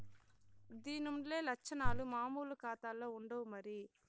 దీన్లుండే లచ్చనాలు మామూలు కాతాల్ల ఉండవు మరి